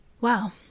Wow